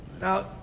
Now